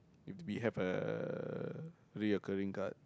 if we have a reoccurring card